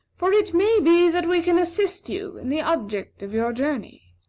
for it may be that we can assist you in the object of your journey.